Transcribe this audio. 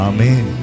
Amen